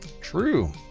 True